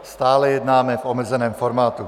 Stále jednáme v omezeném formátu.